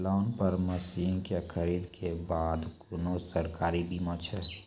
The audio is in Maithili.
लोन पर मसीनऽक खरीद के बाद कुनू सरकारी बीमा छै?